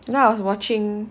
you know I was watching